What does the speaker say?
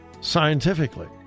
scientifically